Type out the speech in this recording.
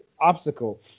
obstacle